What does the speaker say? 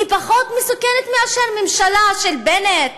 היא פחות מסוכנת מאשר ממשלה של בנט